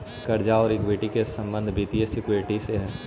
कर्जा औउर इक्विटी के संबंध वित्तीय सिक्योरिटी से हई